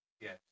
yes